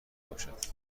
باشد